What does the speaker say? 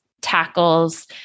tackles